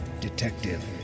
Detective